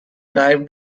drive